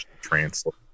translate